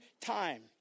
time